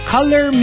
Color